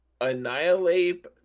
Annihilate